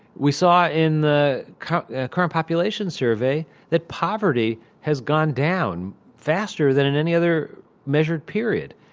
we saw in the current ah current population survey that poverty has gone down faster than in any other measured period.